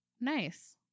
Nice